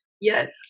Yes